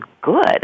good